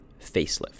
facelift